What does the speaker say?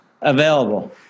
available